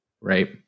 Right